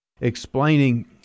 explaining